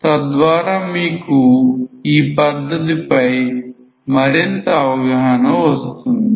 తద్వారా మీకు ఈ పద్ధతి పై మరింత అవగాహన వస్తుంది